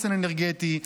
חוסן אנרגטי,